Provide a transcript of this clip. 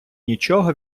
нічого